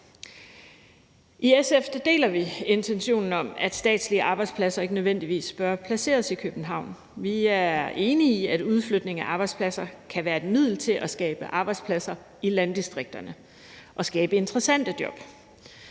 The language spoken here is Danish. I SF deler vi intentionen om, at statslige arbejdspladser ikke nødvendigvis bør placeres i København. Vi er enige i, at udflytning af arbejdspladser kan være et middel til at skabe arbejdspladser i landdistrikterne og skabe interessante job.